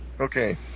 Okay